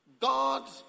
God